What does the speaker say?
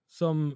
som